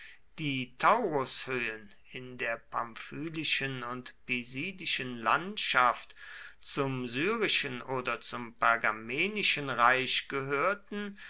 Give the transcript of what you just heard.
die taurushöhen in der pamphylischen und pisidischen landschaft zum syrischen oder zum pergamenischen reich gehörten